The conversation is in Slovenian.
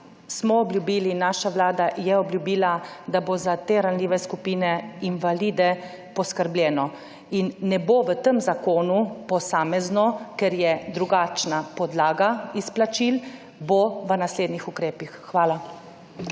smo obljubili, naša Vlada je obljubila, da bo za te ranljive skupine, invalide, poskrbljeno. In ne bo v tem zakonu posamezno, ker je drugačna podlaga izplačil, bo v naslednjih ukrepih. Hvala.